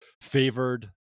favored